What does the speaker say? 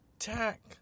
attack